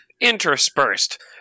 interspersed